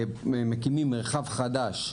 מקימים מרחב חדש,